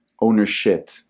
ownership